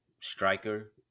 striker